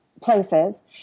places